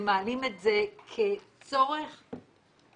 הם מעלים את זה כצורך ראשוני.